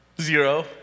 zero